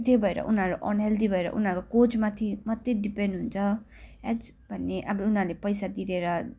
त्यही भएर उनीहरू अनहेल्दी भएर उनीहरूको कोचमाथि मात्रै डिपेन्ड हुन्छ एच भन्ने अब उनीहरूले पैसा तिरेर